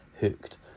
hooked